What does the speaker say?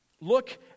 Look